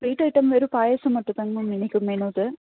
sweet item வெறும் பாயாசம் மட்டுந்தாங்க ma'am இன்னைக்கு மெனு இது